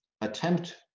attempt